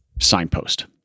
signpost